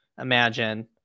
imagine